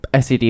SED